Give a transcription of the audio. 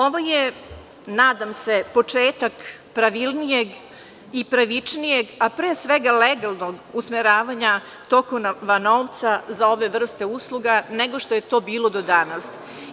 Ovo je, nadam se, početak pravilnijeg i pravičnijeg, a pre svega legalnog usmeravanja tokova novca za ove vrste usluga, nego što je to bilo do danas.